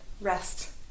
rest